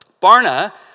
Barna